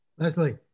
Leslie